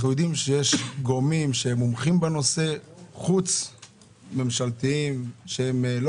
אנחנו יודעים שיש גורמים חוץ ממשלתיים שמומחים בנושא.